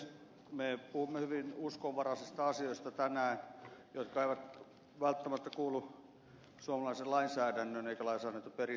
me puhumme hyvin uskonvaraisista asioista tänään jotka eivät välttämättä kuulu suomalaisen lainsäädännön eivätkä lainsäädäntöperinteen piiriin